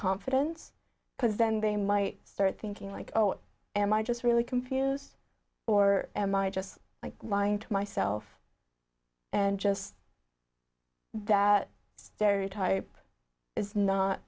confidence because then they might start thinking like oh am i just really confused or am i just like lying to myself and just that stereotype is not